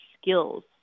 skills